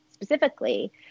specifically